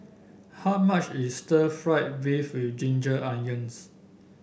how much is Stir Fried Beef with Ginger Onions